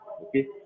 okay